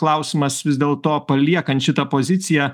klausimas vis dėl to paliekant šitą poziciją